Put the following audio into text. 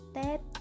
step